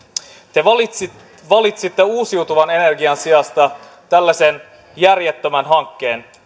te valitsitte valitsitte uusiutuvan energian sijasta tällaisen järjettömän hankkeen